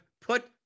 put